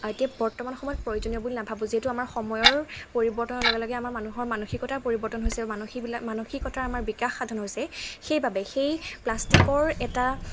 এতিয়া বৰ্তমান সময়ত প্ৰয়োজনীয় বুলি নাভাবোঁ যিহেতু আমাৰ সময়ৰ পৰিৱৰ্তনৰ লগে লগে আমাৰ মানুহৰ মানসিকতাও পৰিৱৰ্তন হৈছে মানসীবিলাক মানসিকতাৰ আমাৰ বিকাশ সাধন হৈছে সেইবাবে সেই প্লাষ্টিকৰ এটা